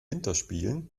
winterspielen